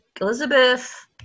Elizabeth